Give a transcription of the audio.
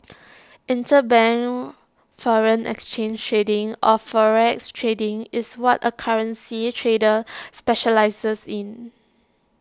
interbank foreign exchange trading or forex trading is what A currency trader specialises in